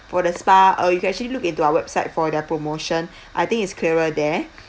for the spa uh you can actually look into our website for their promotion I think it's clearer there